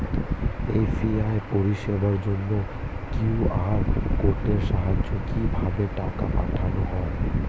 UPI পরিষেবার জন্য QR কোডের সাহায্যে কিভাবে টাকা পাঠানো হয়?